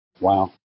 Wow